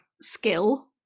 skill